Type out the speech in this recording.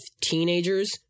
teenagers